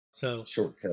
Shortcut